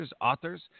authors